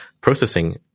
processing